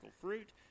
fruit